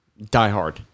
Diehard